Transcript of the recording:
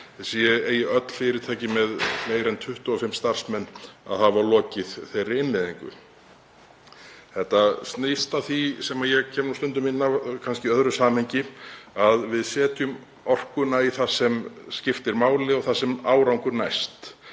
eigi öll fyrirtæki með fleiri en 25 starfsmenn að hafa lokið þeirri innleiðingu. Þetta snýr að því sem ég kem stundum inn á, kannski í öðru samhengi, að við setjum orkuna í það sem skiptir máli, þar sem árangur næst.